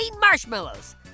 marshmallows